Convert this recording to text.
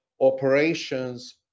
operations